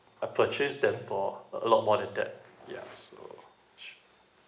I purchase them for a a lot more than that yeah so